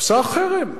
עושה חרם.